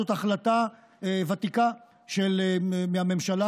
זו החלטה ותיקה של הממשלה,